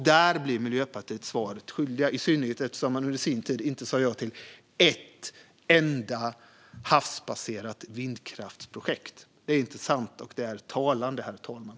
Där blir Miljöpartiet svaret skyldiga, i synnerhet som de under sin tid i regeringen inte sa ja till ett enda havsbaserat vindkraftsprojekt. Det är intressant och talande, herr talman.